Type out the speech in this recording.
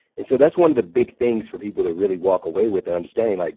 and so that's one of the big things for people to really walk away with and understanding. like